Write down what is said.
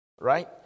right